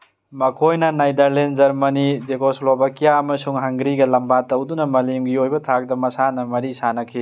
ꯃꯈꯣꯏꯅ ꯅꯥꯏꯗꯥꯔꯂꯦꯟ ꯖ꯭ꯔꯃꯅꯤ ꯖꯦꯀꯣꯁꯂꯣꯕꯥꯀꯤꯌꯥ ꯑꯃꯁꯨꯡ ꯍꯪꯒꯔꯤꯒ ꯂꯝꯕꯥ ꯇꯧꯗꯨꯅ ꯃꯥꯂꯦꯝꯒꯤ ꯑꯣꯏꯕ ꯊꯥꯛꯇ ꯃꯁꯥꯟꯅ ꯃꯔꯤ ꯁꯥꯟꯅꯈꯤ